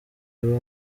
abo